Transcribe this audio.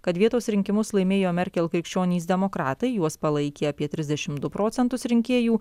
kad vietos rinkimus laimėjo merkel krikščionys demokratai juos palaikė apie trisdešimt du procentus rinkėjų